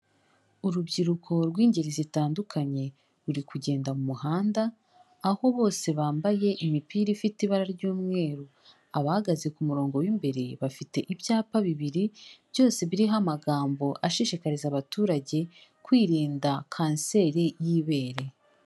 Urubyiruko rw'ingeri zitandukanye ruri kugenda mu muhanda, aho bose bambaye imipira ifite ibara ry'umweru. Abahagaze ku murongo w'imbere bafite ibyapa bibiri byose biriho amagambo ashishikariza abaturage kwirinda Kanseri y'ibere.